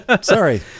Sorry